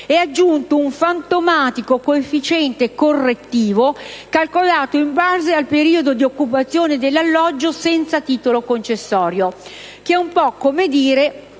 è aggiunto un fantomatico coefficiente correttivo calcolato in base al periodo di occupazione dell'alloggio senza titolo concessorio. Che è un po' come dire: